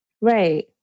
Right